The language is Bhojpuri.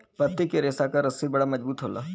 पत्ती के रेशा क रस्सी बड़ा मजबूत होला